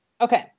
Okay